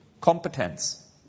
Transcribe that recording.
competence